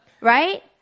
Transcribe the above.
right